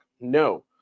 No